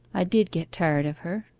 i did get tired of her.